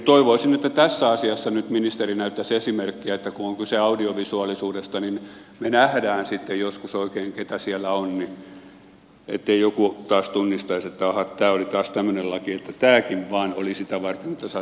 toivoisin että tässä asiassa nyt ministeri näyttäisi esimerkkiä että kun on kyse audiovisuaalisuudesta niin me näemme sitten joskus oikein keitä siellä on niin ettei joku taas tunnistaisi että aha tämä oli taas tämmöinen laki että tämäkin vain oli sitä varten että saataisiin omia tänne nimitettyä